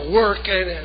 working